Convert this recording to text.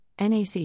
NAC